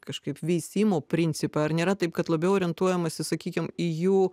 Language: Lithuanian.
kažkaip veisimo principai ar nėra taip kad labiau orientuojamasi sakykim į jų